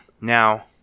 Now